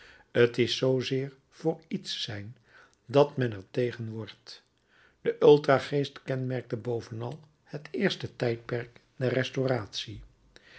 t is zoozeer voor iets zijn dat men er tegen wordt de ultra geest kenmerkt bovenal het eerste tijdperk der restauratie